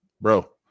Bro